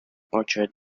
orchard